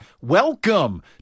welcome